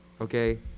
Okay